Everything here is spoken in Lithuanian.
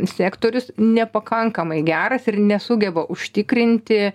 sektorius nepakankamai geras ir nesugeba užtikrinti